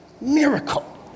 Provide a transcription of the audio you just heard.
miracle